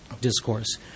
discourse